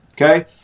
okay